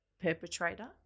perpetrator